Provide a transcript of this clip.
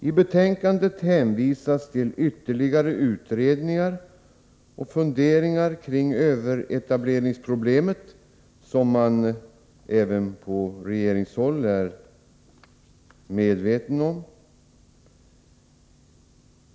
I betänkandet hänvisas till ytterligare utredningar och funderingar kring överetableringsproblemet, som man även på regeringshåll är medveten om.